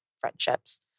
friendships